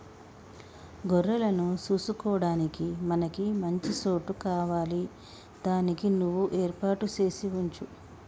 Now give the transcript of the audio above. గొర్రెలను సూసుకొడానికి మనకి మంచి సోటు కావాలి దానికి నువ్వు ఏర్పాటు సేసి వుంచు